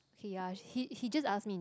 ya he he just asked me